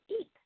eat